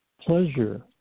Pleasure